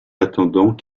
attendant